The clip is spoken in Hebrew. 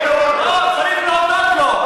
אדוני היושב-ראש, לא, צריך להודות לו.